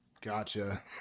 Gotcha